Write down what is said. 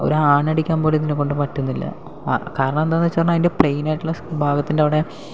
ഒരാണിയടിക്കാൻ പോലും ഇതിനെക്കൊണ്ട് പറ്റുന്നില്ല കാരണം എന്താണെന്ന് വെച്ചുകഴിഞ്ഞാൽ അതിൻ്റെ പ്ലെയിനായിട്ടുള്ള ഭാഗത്തിൻ്റെ അവിടെ